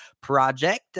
project